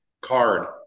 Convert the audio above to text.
card